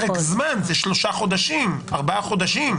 זה פרק זמן, זה שלושה-ארבעה חודשים.